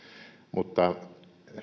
mutta